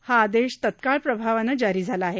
हा आदेश तत्काळ प्रभावानं जारी झाला आहे